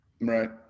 Right